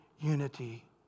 unity